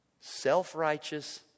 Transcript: Self-righteous